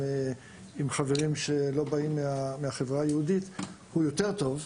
חברים שלא באים מהחברה היהודית הוא יותר טוב.